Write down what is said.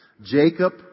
Jacob